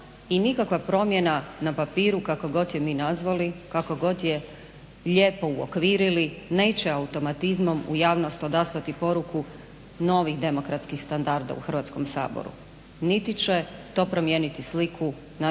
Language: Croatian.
i nikakva promjena na papiru kako god je mi nazvali, kako god je lijepo uokvirili neće automatizmom u javnost odaslati poruku novih demokratskih standarda u Hrvatskoga saboru niti će to promijeniti sliku našeg ponašanja